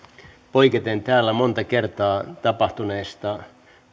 poiketen täällä monta kertaa tapahtuneesta